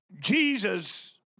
Jesus